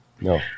No